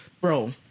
bro